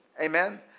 Amen